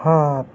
हां